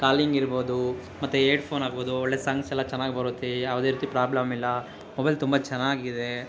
calling ಇರ್ಬೋದು ಮತ್ತು headphone ಆಗ್ಬೋದು ಒಳ್ಳೆ ಸಾಂಗ್ಸ್ ಎಲ್ಲ ಚೆನ್ನಾಗಿ ಬರುತ್ತೆ ಯಾವುದೇ ರೀತಿ ಪ್ರಾಬ್ಲಮಿಲ್ಲ ಮೊಬೈಲ್ ತುಂಬ ಚೆನ್ನಾಗಿದೆ